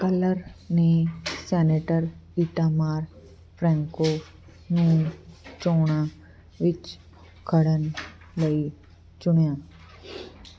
colour ਨੇ ਸੈਨੇਟਰ ਇਟਾਮਾਰ ਫ੍ਰੈਂਕੋ ਨੂੰ ਚੋਣਾਂ ਵਿੱਚ ਖੜਣ ਲਈ ਚੁਣਿਆ